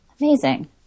amazing